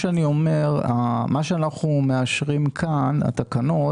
ואנחנו מאשרים כאן את התקנות,